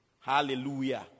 hallelujah